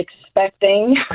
expecting